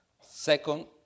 Second